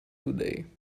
today